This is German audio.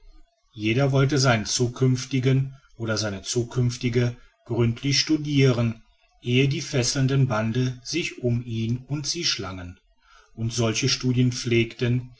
jeder wollte seinen zukünftigen oder seine zukünftige gründlich studiren ehe die fesselnden bande sich um ihn und sie schlangen und solche studien pflegten